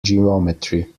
geometry